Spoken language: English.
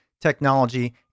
technology